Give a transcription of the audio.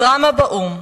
הדרמה באו"ם,